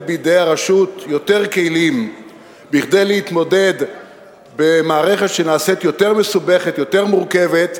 בידי הרשות יותר כלים כדי להתמודד במערכת שנעשית יותר מסובכת ומורכבת,